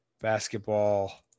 basketball